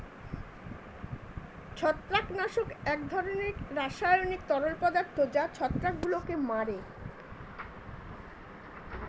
ছত্রাকনাশক এক ধরনের রাসায়নিক তরল পদার্থ যা ছত্রাকগুলোকে মারে